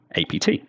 APT